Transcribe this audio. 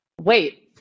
Wait